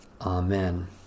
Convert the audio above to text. Amen